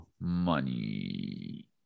money